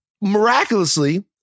miraculously